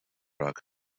rock